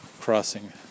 crossing